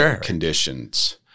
conditions